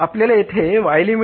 आपल्याला येथे Y